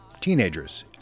teenagers